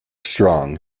strong